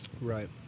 Right